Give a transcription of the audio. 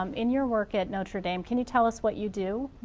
um in your work at notre dame can you tell us what you do?